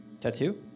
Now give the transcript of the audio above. Tattoo